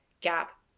gap